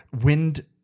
wind